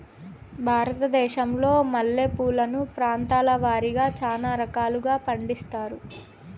భారతదేశంలో మల్లె పూలను ప్రాంతాల వారిగా చానా రకాలను పండిస్తారు